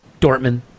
Dortmund